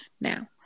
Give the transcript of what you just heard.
now